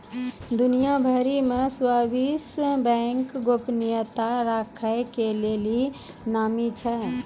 दुनिया भरि मे स्वीश बैंक गोपनीयता राखै के लेली नामी छै